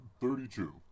Thirty-two